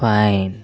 fine